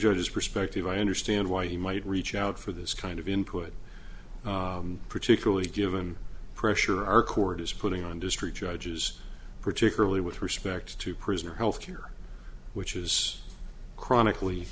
judges perspective i understand why you might reach out for this kind of input particularly given pressure our court is putting on district judges particularly with respect to prisoner health care which is chronically